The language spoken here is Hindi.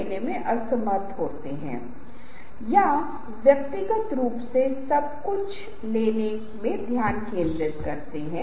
लेकिन स्लाइड्स में विषय का प्रमुख भाग गायब है क्योंकि स्लाइड एक मेमोरी है